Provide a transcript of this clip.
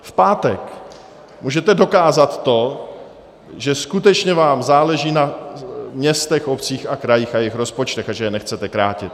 V pátek můžete dokázat to, že skutečně vám záleží na městech, obcích a krajích a jejich rozpočtech a že je nechcete krátit.